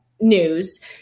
news